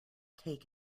take